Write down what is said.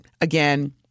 again